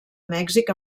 mèxic